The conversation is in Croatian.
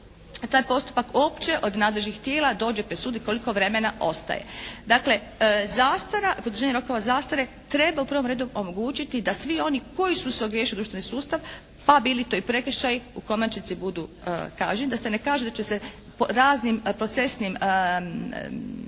taj postupak opće od nadležnih tijela dođe pred sud i koliko vremena ostaje. Dakle, zastara, produženje rokova zastare treba u prvom redu omogućiti da svi oni koji su se ogriješili o društveni sustav pa bili to i prekršaji u konačnici budu kažnjeni, da se ne kaže da će se raznim procesnim